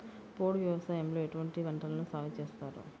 పోడు వ్యవసాయంలో ఎటువంటి పంటలను సాగుచేస్తారు?